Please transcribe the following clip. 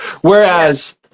Whereas